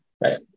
right